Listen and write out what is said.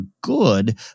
good